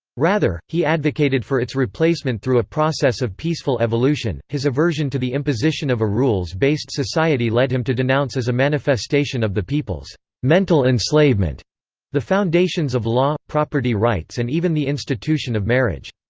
rather, he advocated for its replacement through a process of peaceful evolution his aversion to the imposition of a rules-based society led him to denounce as a manifestation of the people's mental enslavement the foundations of law, property rights and even the institution of marriage.